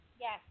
Yes